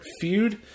feud